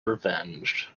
revenged